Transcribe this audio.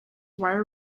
wire